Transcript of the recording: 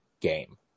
game